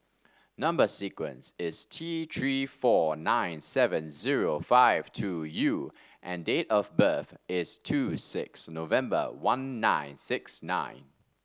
number sequence is T Three four nine seven zero five two U and date of birth is two six November one nine six nine